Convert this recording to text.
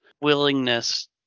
willingness